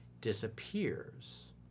disappears